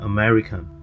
American